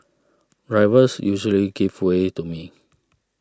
drivers usually give way to me